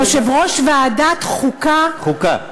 יושב-ראש ועדת החוקה, חוקה.